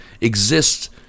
exists